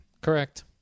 Correct